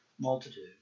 multitude